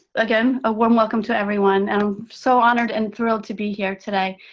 again, a warm welcome to everyone. i'm so honored and thrilled to be here today.